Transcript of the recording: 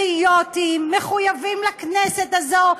פטריוטים, מחויבים לכנסת הזאת,